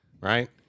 right